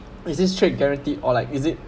is this trade guarantee or like is it